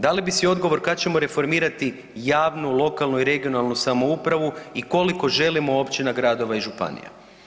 Dali bi si odgovor kada ćemo reformirati javnu, lokalnu i regionalnu samoupravu i koliko želimo općina, gradova i županija.